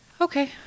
Okay